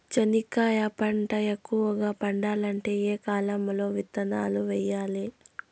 చెనక్కాయ పంట ఎక్కువగా పండాలంటే ఏ కాలము లో విత్తనాలు వేయాలి?